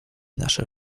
nasze